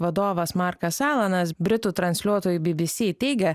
vadovas markas alanas britų transliuotojui bbc teigia